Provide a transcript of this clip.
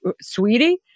Sweetie